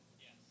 Yes